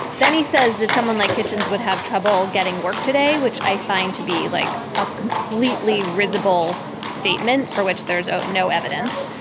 then he says that someone like hitchens would have trouble getting work today, which i find to be like a completely risible statement for which there is no evidence.